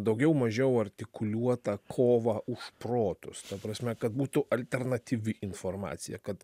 daugiau mažiau artikuliuotą kovą už protus ta prasme kad būtų alternatyvi informacija kad